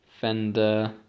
Fender